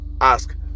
ask